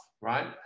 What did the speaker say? right